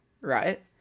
right